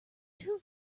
too